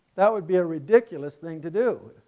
that would be a ridiculous thing to do,